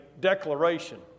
declaration